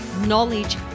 knowledge